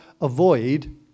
avoid